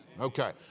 okay